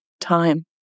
time